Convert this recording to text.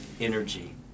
energy